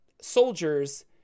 soldiers